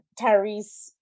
Tyrese